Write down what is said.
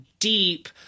Deep